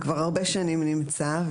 כבר הרבה שנים נמצא,